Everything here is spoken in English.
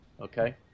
Okay